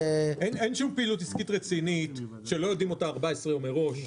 אין שום פעילות עסקית רצינית שלא יודעים אותה 14 ימים מראש.